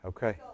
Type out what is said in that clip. Okay